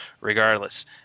regardless